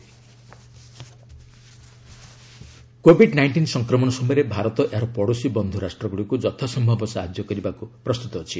India neighbours COVID nineteen ସଂକ୍ମଣ ସମୟରେ ଭାରତ ଏହାର ପଡ଼ୋଶୀ ବନ୍ଧୁରାଷ୍ଟ୍ରଗୁଡ଼ିକୁ ଯଥାସମ୍ଭବ ସାହାଯ୍ୟ କରିବାକୁ ପ୍ରସ୍ତୁତ ଅଛି